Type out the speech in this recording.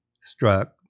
struck